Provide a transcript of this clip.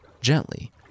gently